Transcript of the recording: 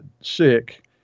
sick